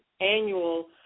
annual